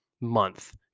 month